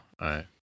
right